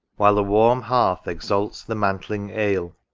while the warm hearth exalts the mantling ale,